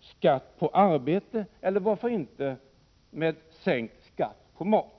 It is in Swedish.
skatt på arbete — eller varför inte med sänkt skatt på mat.